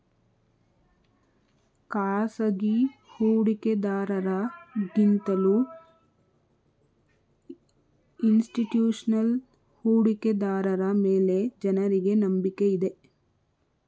ಖಾಸಗಿ ಹೂಡಿಕೆದಾರರ ಗಿಂತಲೂ ಇನ್ಸ್ತಿಟ್ಯೂಷನಲ್ ಹೂಡಿಕೆದಾರರ ಮೇಲೆ ಜನರಿಗೆ ನಂಬಿಕೆ ಇದೆ